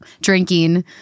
Drinking